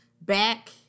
back